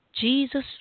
Jesus